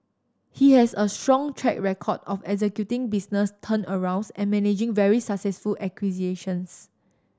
he has a strong track record of executing business turnarounds and managing very successful acquisitions